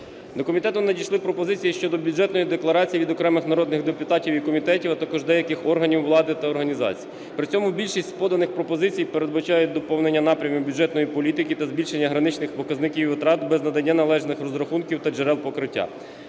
До комітету надійшли пропозиції щодо Бюджетної декларації від окремих народних депутатів і комітетів, а також деяких органів влади та організацій. При цьому більшість поданих пропозицій передбачають доповнення напрямів бюджетної політики та збільшення граничних показників витрат без надання належних розрахунків та джерел покриття.